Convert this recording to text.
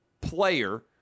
player